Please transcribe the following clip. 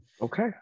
Okay